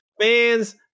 fans